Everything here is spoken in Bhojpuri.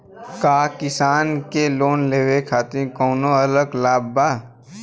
का किसान के लोन लेवे खातिर कौनो अलग लाभ बा?